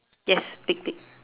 yes thick thick